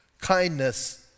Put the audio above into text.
kindness